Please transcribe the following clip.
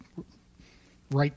right